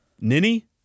Ninny